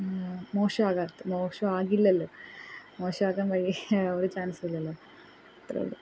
മോശമാകരുത് മോശമാകില്ലല്ലോ മോശമാകാൻ വഴി ഒരു ചാൻസുവില്ലല്ലൊ ഇത്രെയുള്ളു